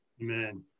Amen